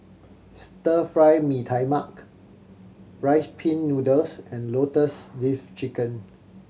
Stir Fry Mee Tai Mak Rice Pin Noodles and Lotus Leaf Chicken